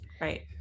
right